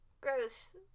gross